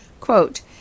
Quote